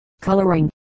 coloring